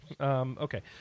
Okay